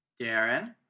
Darren